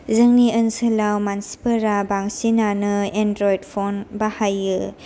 जोंनि ओनसोलाव मानसिफोरा बांसिनानो एन्ड्रोइड फन बाहायो